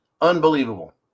Unbelievable